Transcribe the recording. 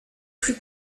plus